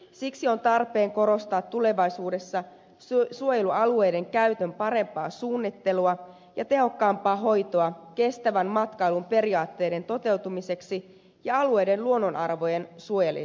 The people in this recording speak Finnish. siksi on tarpeen korostaa tulevaisuudessa suojelualueiden käytön parempaa suunnittelua ja tehokkaampaa hoitoa kestävän matkailun periaatteiden toteutumiseksi ja alueen luonnonarvojen suojelemiseksi